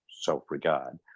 self-regard